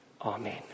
Amen